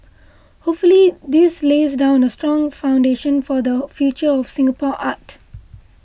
hopefully this lays down a strong foundation for the future of Singapore art